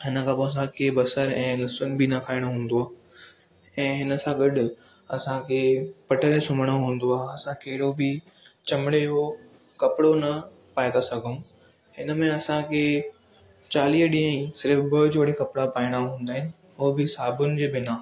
हिन खां पोइ असां खे बसरु ऐं लह्सुन बि न खाइणो हूंदो आहे ऐं हिन सां गॾु असां खे पट ते सुम्हिणो हूंदो आहे असां कहिड़ो बि चमड़े जो कपड़ो न पाए था सघऊं हिन में असां खे चालीह ॾींहं ई सिर्फ़ ॿ जोड़ियूं कपड़ा पाइणा हूंदा आहिनि उहो बि साबुन जे बिना